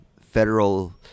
federal